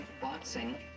boxing